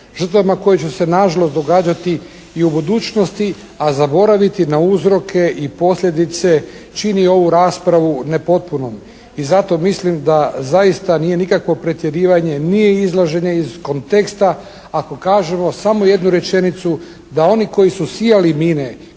žrtvama koje će se nažalost događati i u budućnosti a zaboraviti na uzroke i posljedice čini ovu raspravu nepotpunom. I zato mislim da zaista nije nikakvo pretjerivanje, nije izlaženje iz konteksta ako kažemo samo jednu rečenicu da oni koji su sijali mine,